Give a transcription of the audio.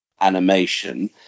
animation